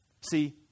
See